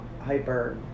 Hyper